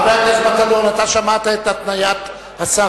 חבר הכנסת מטלון, שמעת את התניית השר.